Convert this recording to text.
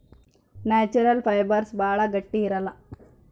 natural fibres ಭಾಳ ಗಟ್ಟಿ ಇರಲ್ಲ